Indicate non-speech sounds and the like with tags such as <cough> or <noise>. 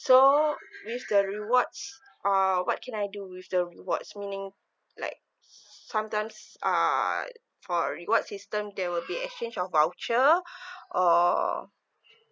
so is the rewards uh what can I do with the rewards meaning like sometimes uh for rewards system there will be exchange of voucher <breath> or